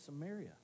Samaria